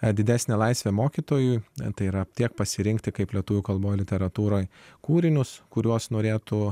didesnę laisvę mokytojui tai yra tiek pasirinkti kaip lietuvių kalboj literatūroj kūrinius kuriuos norėtų